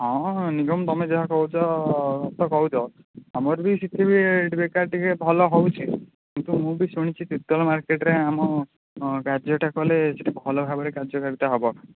ହଁ ନିଗମ ତୁମେ ଯାହା କହୁଛ ସତ କହୁଛ ଆମର ବି ସେଇଠି ବି ବେପାର ଟିକେ ଭଲ ହେଉଛି କିନ୍ତୁ ମୁଁ ବି ଶୁଣିଛି ତିର୍ତ୍ତୋଲ ମାର୍କେଟରେ ଆମ କାର୍ଯ୍ୟଟା କଲେ ସେଇଠି ଭଲ ଭାବରେ କାର୍ଯ୍ୟ କାରିତା ହେବ